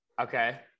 Okay